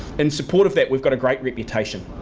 in support of that we've got a great reputation.